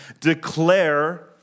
declare